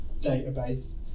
database